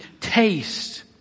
taste